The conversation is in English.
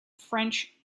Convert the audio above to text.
french